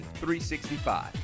365